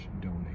donate